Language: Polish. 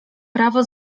prawo